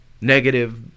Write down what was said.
negative